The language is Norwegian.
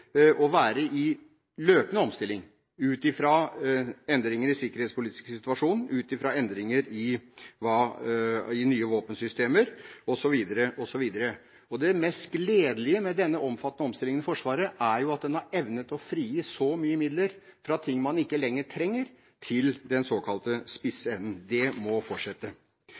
å være i løpende omstilling ut fra endringer i den sikkerhetspolitiske situasjonen og ut fra endringer i nye våpensystemer osv. Det mest gledelige med denne omfattende omstillingen i Forsvaret er at den har evnet å frigi mye midler fra ting man ikke lenger trenger, til den såkalte spisse enden. Det må fortsette.